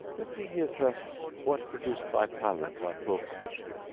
let me hear first what produced thy pallor and thy poor condition.